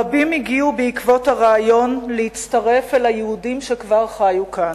רבים הגיעו בעקבות הרעיון להצטרף אל היהודים שכבר חיו כאן.